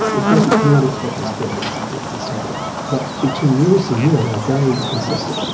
it doesn't nearly look as good as it did to start with. but between, year-to-year they are very consistent.